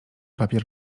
papier